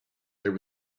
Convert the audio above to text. there